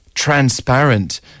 transparent